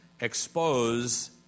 expose